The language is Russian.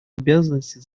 обязанностей